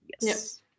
Yes